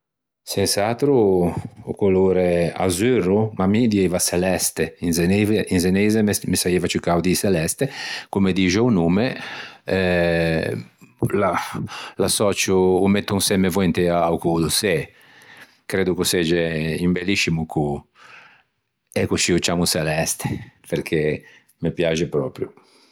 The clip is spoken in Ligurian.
Ma sens'atro o colore azurro ma dieiva çeleste in zeneise me saieiva ciù cao dî çeleste comme dixe o nomme l'assòcio, o metto insemme voentea a-o cô do çê creddo ch'o segge un belliscimo cô e coscì ô ciammo çeleste perché o me piaxe pròprio.